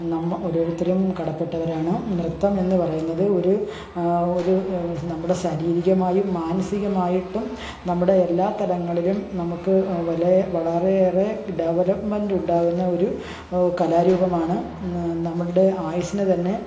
നമ്മൾ ഓരോരുത്തരും കടപ്പെട്ടവരാണ് നൃത്തം എന്നു പറയുന്നത് ഒരു ഒരു നമ്മുടെ ശാരീരികമായും മാനസികമായിട്ടും നമ്മുടെ എല്ലാ തലങ്ങളിലും നമുക്ക് വളരെ വളരെയേറെ ഡെവലപ്പ്മെന്റ് ഉണ്ടാവുന്ന ഒരു കലാരൂപമാണ് നമ്മളുടെ ആയുസ്സിനു തന്നെ